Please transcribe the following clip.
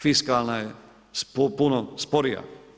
Fiskalna je puno sporija.